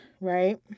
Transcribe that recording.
Right